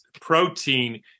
protein